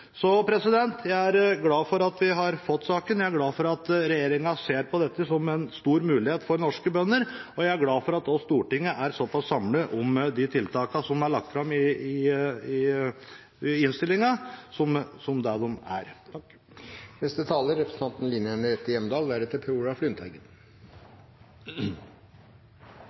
Jeg er glad for at vi har fått saken. Jeg er glad for at regjeringen ser på dette som en stor mulighet for norske bønder, og jeg er glad for at Stortinget er såpass samlet om de tiltakene som er lagt fram i innstillingen. Landbruket har vært en bærebjelke i norsk næringsliv så lenge det har vært bosetning i